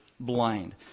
blind